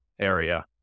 area